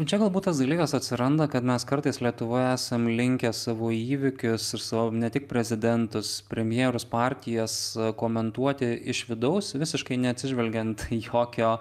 čia galbūt tas dalykas atsiranda kad mes kartais lietuvoje esam linkę savo įvykius ir savo ne tik prezidentus premjerus partijas komentuoti iš vidaus visiškai neatsižvelgiant į jokio